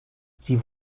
sie